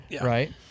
right